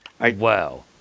Wow